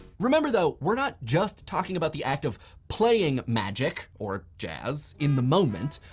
remember though, we're not just talking about the act of playing magic or jazz in the moment.